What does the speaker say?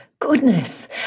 Goodness